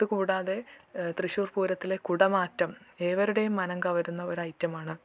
ഇതു കൂടാതെ തൃശ്ശൂർ പൂരത്തിലെ കുടമാറ്റം ഏവരുടെയും മനം കവരുന്ന ഒരൈറ്റമാണ്